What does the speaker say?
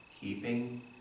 keeping